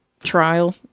Trial